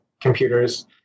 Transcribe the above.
computers